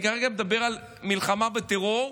אני כרגע מדבר על המלחמה בטרור,